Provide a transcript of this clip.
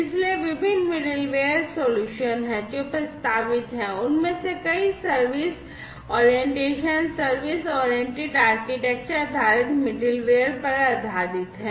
इसलिए विभिन्न middleware solutions हैं जो प्रस्तावित हैं और उनमें से कई service orientation service oriented architecture आधारित मिडलवेयर पर आधारित हैं